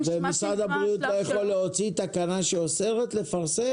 ומשרד הבריאות לא יכול להוציא תקנה שאוסרת לפרסם?